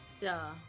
Duh